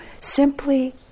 simply